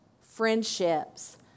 friendships